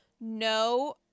no